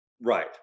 Right